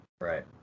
right